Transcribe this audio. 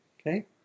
Okay